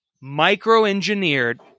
micro-engineered